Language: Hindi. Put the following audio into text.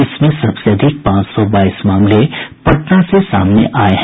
इसमें सबसे अधिक पांच सौ बाईस मामले पटना से सामने आये हैं